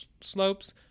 slopes